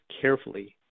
carefully